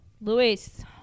Luis